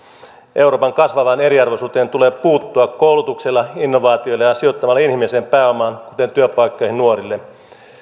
euroopan kasvavaan eriarvoisuuteen tulee puuttua koulutuksella innovaatioilla ja sijoittamalla inhimilliseen pääomaan kuten työpaikkoihin nuorille